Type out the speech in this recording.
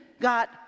got